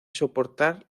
soportar